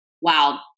wow